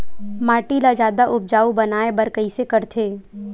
माटी ला जादा उपजाऊ बनाय बर कइसे करथे?